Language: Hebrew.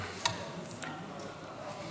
לרשותך.